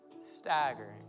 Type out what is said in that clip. staggering